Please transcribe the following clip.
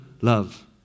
love